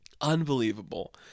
Unbelievable